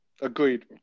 Agreed